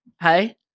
hey